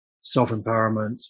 self-empowerment